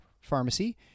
Pharmacy